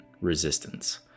resistance